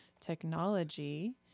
technology